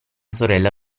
sorella